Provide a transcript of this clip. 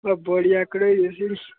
ओह् बड़ी आकड़ होई दी उस्सी